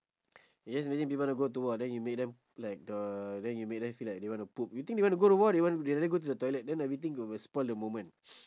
you just imagine people want to go to war then you make them like the then you make them feel like they want to poop you think they want to go to war they want they rather go to the toilet then everything will will spoil the moment